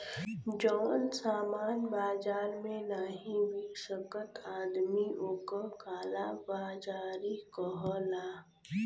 जौन सामान बाजार मे नाही बिक सकत आदमी ओक काला बाजारी कहला